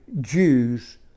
Jews